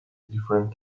different